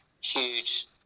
huge